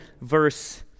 verse